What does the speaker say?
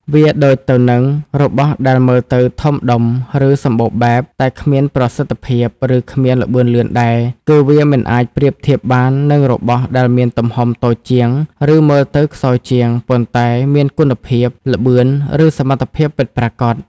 វាដូចទៅនឹង របស់ដែលមើលទៅធំដុំ ឬសម្បូរបែប តែគ្មានប្រសិទ្ធភាព ឬគ្មានល្បឿនលឿនដែរ គឺវាមិនអាចប្រៀបធៀបបាននឹងរបស់ដែលមានទំហំតូចជាង ឬមើលទៅខ្សោយជាង ប៉ុន្តែមានគុណភាព ល្បឿន ឬសមត្ថភាពពិតប្រាកដ។